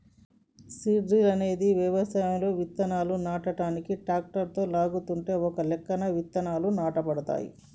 seed drill అనేది వ్యవసాయంలో విత్తనాలు నాటనీకి ట్రాక్టరుతో లాగుతుంటే ఒకలెక్కన విత్తనాలు నాటబడతాయి